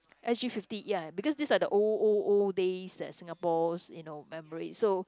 S_G fifty ya because these are the old old old days that Singapore's you know memory so